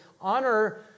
Honor